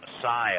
Messiah